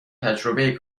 تجربه